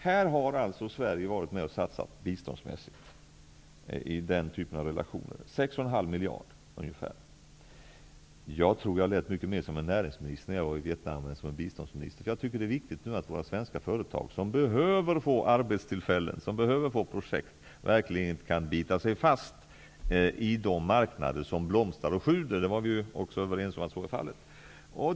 Här har Sverige varit med och satsat 6,5 miljarder i bistånd. Jag tror att jag lät mer som en näringsminister än som en biståndsminister när jag var i Vietnam. Jag tycker att det är viktigt att våra svenska företag, som behöver arbetstillfällen, verkligen kan bita sig fast i de marknader som blomstrar och sjuder. Vi är ju också överens om att så är fallet.